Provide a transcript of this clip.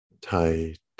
tight